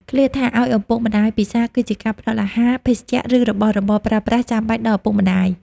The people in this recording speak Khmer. ឃ្លាថា ឲ្យឪពុកម្តាយពិសារ គឺជាការផ្តល់អាហារ ភេសជ្ជៈ ឬរបស់របរប្រើប្រាស់ចាំបាច់ដល់ឪពុកម្តាយ។